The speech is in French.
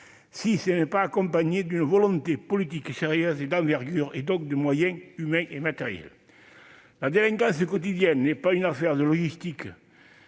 si elle n'est pas accompagnée d'une volonté politique sérieuse et d'envergure, et donc de moyens humains et matériels. La délinquance quotidienne n'est pas une affaire de légistique,